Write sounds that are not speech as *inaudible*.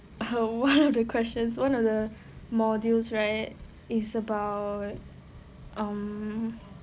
*laughs* one of the questions one of the modules right it's about um